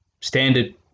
standard